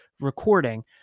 recording